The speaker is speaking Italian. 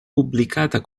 pubblicata